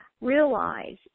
realize